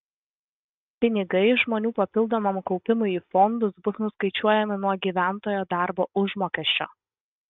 pinigai žmonių papildomam kaupimui į fondus bus nuskaičiuojami nuo gyventojo darbo užmokesčio